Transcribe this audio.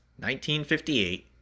1958